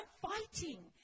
fighting